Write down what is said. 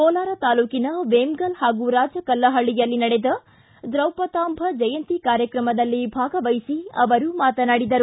ಕೋಲಾರ ತಾಲ್ಲೂಕಿನ ವೇಮಗಲ್ ಹಾಗೂ ರಾಜಕಲ್ಲಪಳ್ಳಿಯಲ್ಲಿ ನಡೆದ ದ್ರೌಪತಾಂಭ ಜಯಂತಿ ಕಾರ್ಯಕ್ರಮದಲ್ಲಿ ಭಾಗವಹಿಸಿ ಅವರು ಮಾತನಾಡಿದರು